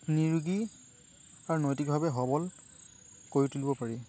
নিৰোগী আৰু নৈতিকভাৱে সবল কৰি তুলিব পাৰি